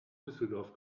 düsseldorf